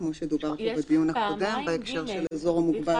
כמו שדובר פה בדיון הקודם בהקשר של האזור המוגבל.